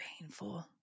painful